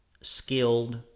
skilled